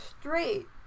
Straight